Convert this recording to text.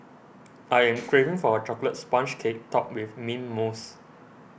I am craving for a Chocolate Sponge Cake Topped with Mint Mousse